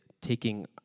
taking